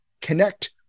connect